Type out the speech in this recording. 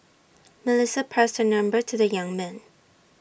Melissa passed her number to the young man